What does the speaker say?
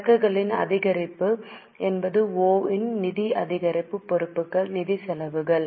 சரக்குகளின் அதிகரிப்பு என்பது ஓ இன் நிதி அதிகரிப்பு பொறுப்புகள் ஓ நிதி செலவுகள்